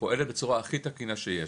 פועלת בצורה הכי תקינה שיש.